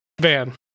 van